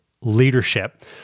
leadership